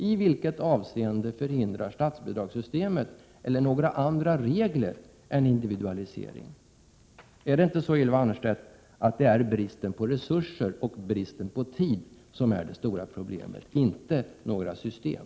I vilket avseende förhindrar statsbidragssystemet eller några andra regler en individualisering? Är det inte så, Ylva Annerstedt, att det är bristen på resurser och tid som är det stora problemet och inte några system?